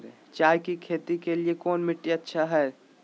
चाय की खेती के लिए कौन मिट्टी अच्छा हाय?